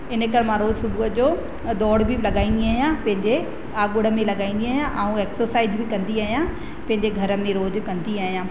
इन करे मां सुबुह जो डोड़ बि लॻाईंदी आहियां पंहिंजे आॻुड़ में लॻाईंदी आहियां ऐं एक्सरसाइज़ बि कंदी आहियां पंहिंजे घर में रोज़ु कंदी आहियां